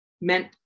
meant